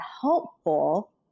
helpful